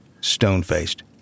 stone-faced